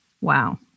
Wow